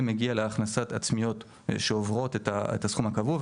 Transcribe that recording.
מגיע להכנסות עצמיות שעוברות את הסכום הקבוע,